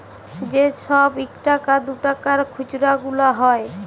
যে ছব ইকটাকা দুটাকার খুচরা গুলা হ্যয়